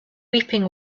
weeping